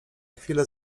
chwilę